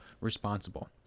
responsible